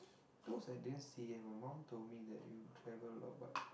toes I didn't see eh my mom told me that will travel a lot but